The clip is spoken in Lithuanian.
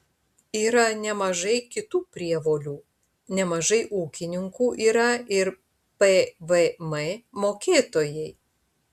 yra nemažai kitų prievolių nemažai ūkininkų yra ir pvm mokėtojai